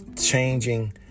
changing